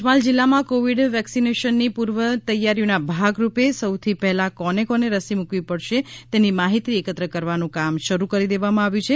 પંચમહાલ જિલ્લામાં કોવિડ વેક્સિનેશનની પૂર્વ તૈયારીઓના ભાગરૂપે સૌથી પહેલા કોને કોને રસી મૂકવી પડશે તેની માહિતી એકત્ર કરવાનુ કામ શરૂ કરી દેવામાં આવ્યું છે